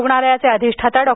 रुग्णालयाचे अधिष्ठाता डॉ